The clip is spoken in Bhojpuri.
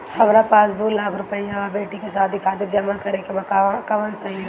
हमरा पास दू लाख रुपया बा बेटी के शादी खातिर जमा करे के बा कवन सही रही?